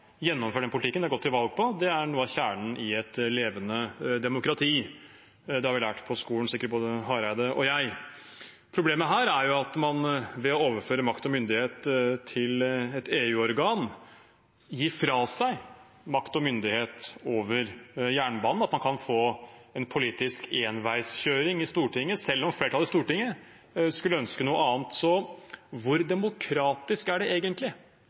gjennomføre den politikken de har gått til valg på. Det er noe av kjernen i et levende demokrati. Det har vi lært på skolen – sikkert både Hareide og jeg. Problemet her er at man ved å overføre makt og myndighet til et EU-organ gir fra seg makt og myndighet over jernbanen, at man kan få en politisk enveiskjøring i Stortinget, selv om flertallet i Stortinget skulle ønske noe annet. Hvor demokratisk er det egentlig